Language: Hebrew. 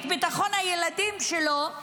את ביטחון הילדים שלו,